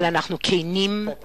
אבל אנחנו כנים, פתוחים,